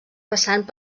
passant